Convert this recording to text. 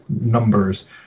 numbers